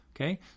okay